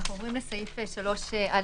אנחנו עוברים לסעיף 3א,